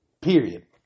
period